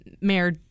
mayor